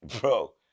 Bro